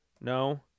No